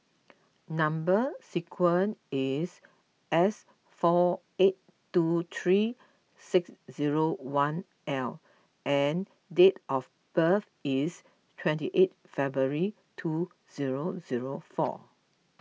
Number Sequence is S four eight two three six zero one L and date of birth is twenty eight February two zero zero four